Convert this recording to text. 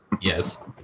Yes